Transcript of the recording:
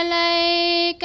ah a